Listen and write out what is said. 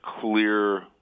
clear